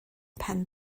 pen